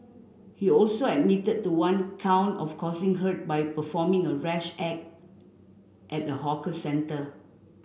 he also admitted to one count of causing hurt by performing a rash act at a hawker centre